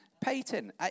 Peyton